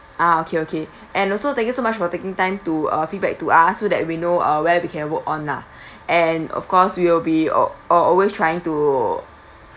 ah okay okay and also thank you so much for taking time to uh feedback to us so that we know uh where we can work on lah and of course we will be uh al~ always trying to